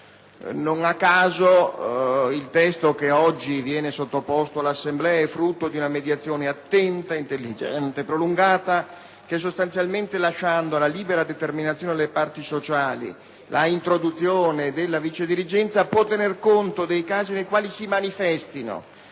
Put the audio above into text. Non a caso il testo che oggi viene sottoposto all'Assemblea è frutto di una mediazione attenta, intelligente e prolungata che sostanzialmente, lasciando alla libera determinazione delle parti sociali l'introduzione della vicedirigenza, può tenere conto dei casi nei quali si manifestino